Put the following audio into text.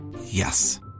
Yes